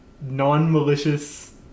non-malicious